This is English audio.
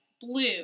blue